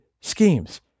schemes